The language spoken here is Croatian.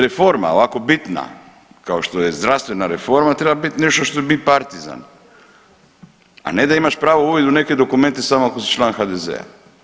Reforma ovako bitna kao što je zdravstvena reforma treba biti nešto što je bit partizan, a ne da imaš pravo uvid u neke dokumente samo ako si član HDZ-a.